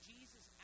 Jesus